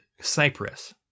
Cyprus